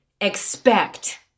expect